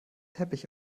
teppich